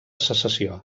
secessió